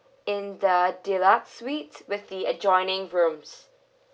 in the deluxe suites with the adjoining rooms